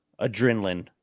adrenaline